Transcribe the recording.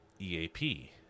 EAP